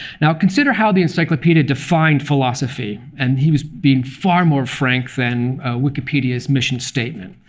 now, consider how the encyclopedie defined philosophy. and he was being far more frank than wikipedia's mission statement.